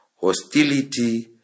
hostility